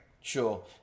sure